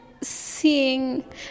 Seeing